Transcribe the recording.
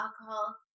alcohol